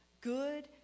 Good